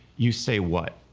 you say what?